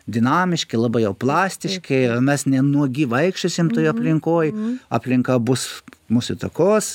dinamiški labai jau plastiški mes ne nuogi vaikščiosim toje aplinkoj aplinka bus mūsų įtakos